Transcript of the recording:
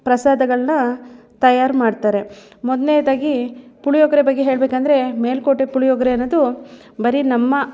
ಪ್ರಸಾದಗಳನ್ನ ತಯಾರು ಮಾಡ್ತಾರೆ ಮೊದಲ್ನೇದಾಗಿ ಪುಳಿಯೋಗರೆ ಬಗ್ಗೆ ಹೇಳಬೇಕಂದ್ರೆ ಮೇಲುಕೋಟೆ ಪುಳಿಯೋಗರೆ ಅನ್ನೋದು ಬರೀ ನಮ್ಮ